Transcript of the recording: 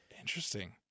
Interesting